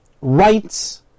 rights